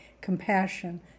compassion